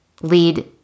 lead